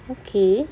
okay